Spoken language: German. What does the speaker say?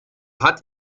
hat